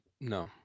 no